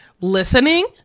listening